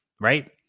right